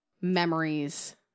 memories